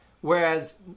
whereas